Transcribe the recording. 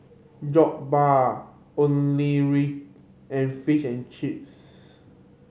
Jokbal Onigiri and Fish and Chips